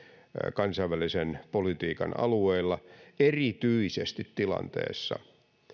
kansainvälisen politiikan alueilla erityisesti tilanteessa